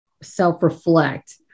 self-reflect